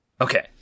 okay